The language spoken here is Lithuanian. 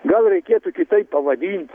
gal reikėtų kitaip pavadinti